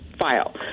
file